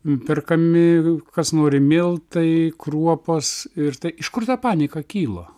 perkami kas nori miltai kruopos ir iš kur ta panika kyla